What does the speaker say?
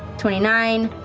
twenty nine,